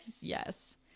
yes